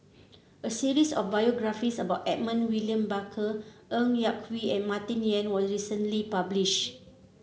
a series of biographies about Edmund William Barker Ng Yak Whee and Martin Yan was recently published